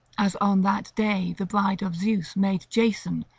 as on that day the bride of zeus made jason,